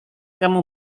kamu